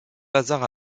lazar